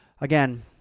again